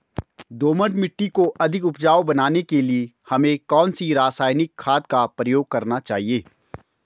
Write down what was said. दोमट मिट्टी को अधिक उपजाऊ बनाने के लिए हमें कौन सी रासायनिक खाद का प्रयोग करना चाहिए?